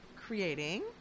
creating